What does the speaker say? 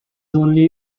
only